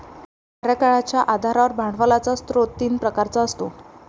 कार्यकाळाच्या आधारावर भांडवलाचा स्रोत तीन प्रकारचा असतो